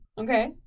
Okay